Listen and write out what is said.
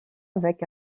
avec